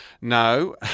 no